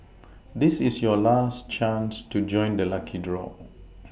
this is your last chance to join the lucky draw